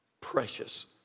precious